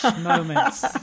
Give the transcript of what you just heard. moments